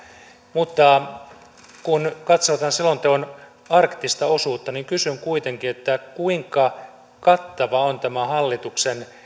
mutta kun katsoo tämän selonteon arktista osuutta niin kysyn kuitenkin kuinka kattava on hallituksen